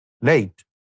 late